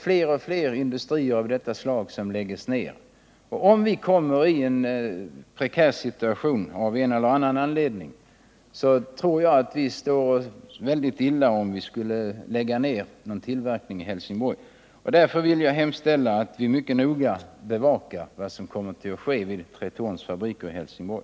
Fler och fler industrier av detta slag läggs ned. Om vi kommer i en prekär situation av en eller annan anledning tror jag vi står oss mycket illa om vi lägger ned tillverkningen i Helsingborg. Därför vill jag hemställa att vi mycket noga bevakar vad som kommer att ske vid Tretorns fabriker i Helsingborg.